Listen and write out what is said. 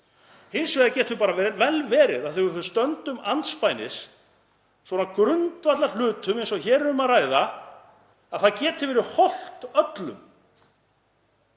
Hins vegar getur bara vel verið að þegar við stöndum andspænis svona grundvallarhlutum eins og hér er um að ræða þá geti það verið hollt öllum